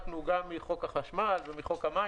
גם תוקפו של ההיתר".